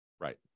Right